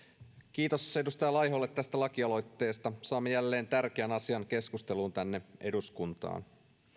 kiitos edustaja laiholle tästä lakialoitteesta saamme jälleen tärkeän asian keskusteluun tänne eduskuntaan